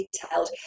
detailed